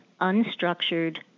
unstructured